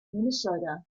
minnesota